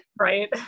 Right